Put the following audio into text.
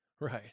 right